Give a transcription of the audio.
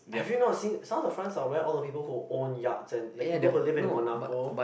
have you not seen South of France of where all of people who own yards and the people who live in Monaco